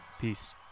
peace